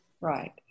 Right